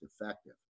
effective